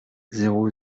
zéro